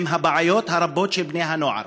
עם הבעיות הרבות של בני הנוער.